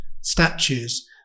statues